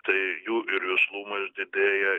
tai jų ir vislumas didėja